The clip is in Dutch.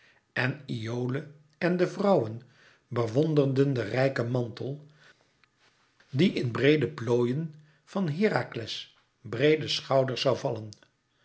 en iole en de vrouwen bewonderden den rijken mantel die in breede plooien van herakles breede schouders zoû vallen